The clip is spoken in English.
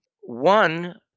one